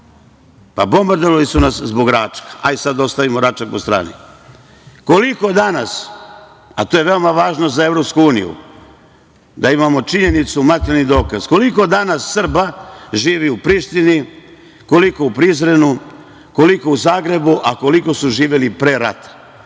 Bombardovali su nas zbog Račka. Hajde sad da ostavimo Račak po strani, koliko danas, a to je veoma važno za EU, da imamo činjenicu, materijalni dokaz, koliko danas Srba živi u Prištini, koliko u Prizrenu, koliko u Zagrebu, a koliko su živeli pre rata?